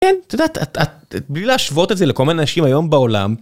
כן, את יודעת, את את... בלי להשוות את זה לכל מיני אנשים היום בעולם.